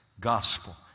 gospel